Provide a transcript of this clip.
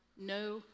no